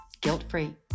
guilt-free